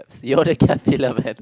you wanna cap it lah man